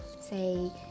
say